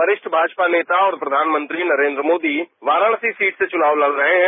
वरिष्ठ भाजपा नेता और प्रधानमंत्री नरेन्द्र मोदी वाराणसी सीट से चुनाव लड़ रहे हैं